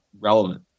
relevant